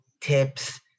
tips